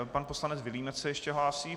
Pan poslanec Vilímec se ještě hlásí.